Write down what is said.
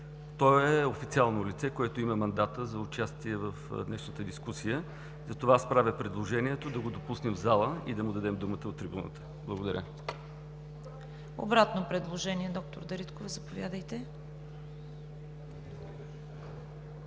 Той е официално лице, което има мандата за участие в днешната дискусия. Затова правя предложението да го допуснем в залата и да му дадем думата от трибуната. Благодаря Ви. ПРЕДСЕДАТЕЛ ЦВЕТА КАРАЯНЧЕВА: Обратно предложение – доктор Дариткова, заповядайте.